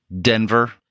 Denver